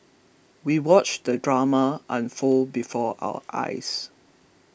we watched the drama unfold before our eyes